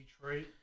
Detroit